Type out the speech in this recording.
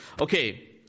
okay